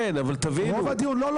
לא,